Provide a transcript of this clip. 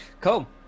Cool